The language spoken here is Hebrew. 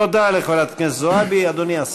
תודה לחברת הכנסת זועבי.